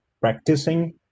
practicing